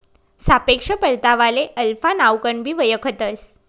सापेक्ष परतावाले अल्फा नावकनबी वयखतंस